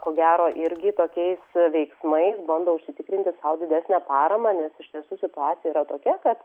ko gero irgi tokiais veiksmais bando užsitikrinti sau didesnę paramą nes iš tiesų situacija yra tokia kad